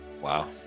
wow